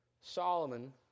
Solomon